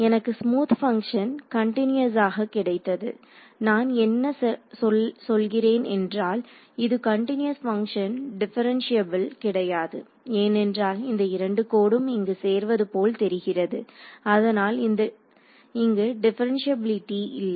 எனக்கு smooth function கன்டினியஸாக கிடைத்தது நான் என்ன சொல்கிறேன் என்றால் இது கன்டினியஸ் பங்க்ஷன் டிபரன்ஷியேபள் கிடையாது ஏனென்றால் இந்த 2 கோடும் இங்கு சேர்வது போல் தெரிகிறது அதனால் இங்கு டிபரன்ஷியேபள்ளிடி இல்லை